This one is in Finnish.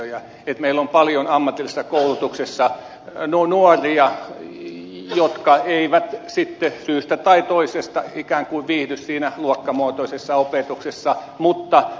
meillä on paljon ammatillisessa koulutuksessa nuoria jotka eivät syystä tai toisesta ikään kuin viihdy siinä luokkamuotoisessa opetuksessa mutta kun he pääsevät